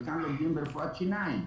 וכאן לומדים במסגרת רפואת שיניים.